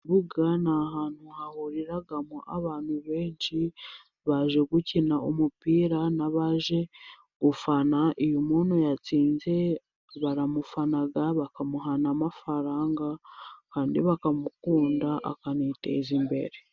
Ikibuga ni ahantu hahuriramo abantu benshi baje gukina umupira n'abaje gufana. Uyo umuntu yatsinze baramufana bakamuha n'amafaranga kandi bakamukunda akaniteza imbere.